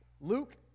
Luke